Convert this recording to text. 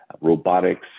robotics